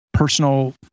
personal